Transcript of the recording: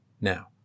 Now